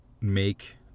make